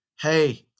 Hey